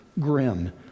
grim